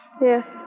Yes